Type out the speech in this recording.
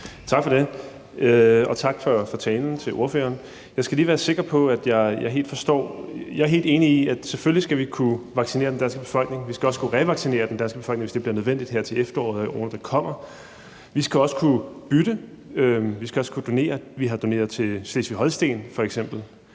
Tak for det, og tak til ordføreren for talen. Jeg skal lige være sikker på, at jeg helt forstår det. Jeg er helt enig i, at vi selvfølgelig skal kunne vaccinere den danske befolkning, og vi skal også kunne revaccinere den danske befolkning, hvis det bliver nødvendigt her til efteråret eller i året, der kommer. Vi skal også kunne bytte, og vi skal kunne donere vacciner. Vi har f.eks.